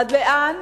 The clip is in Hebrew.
עד לאן